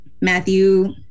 Matthew